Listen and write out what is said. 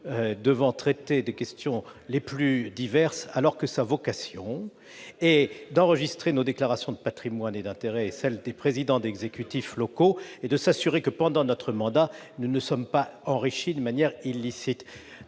devant traiter des questions les plus diverses, ... Très bien !... alors que sa vocation est d'enregistrer nos déclarations de patrimoine et d'intérêts ainsi que celles des présidents d'exécutifs locaux, et de s'assurer que, pendant notre mandat, nous ne nous sommes pas enrichis de manière illicite.